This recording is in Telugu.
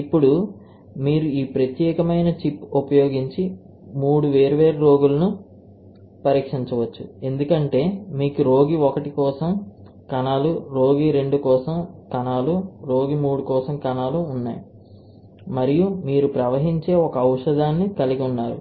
ఇప్పుడు మీరు ఈ ప్రత్యేకమైన చిప్ ఉపయోగించి 3 వేర్వేరు రోగులను పరీక్షించవచ్చు ఎందుకంటే మీకు రోగి 1 కోసం కణాలు రోగి 2 కోసం కణాలు రోగి 3 కోసం కణాలు ఉన్నాయి మరియు మీరు ప్రవహించే ఒకే ఔషధాన్ని కలిగి ఉన్నారు